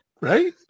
Right